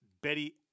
Betty